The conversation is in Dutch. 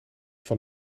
van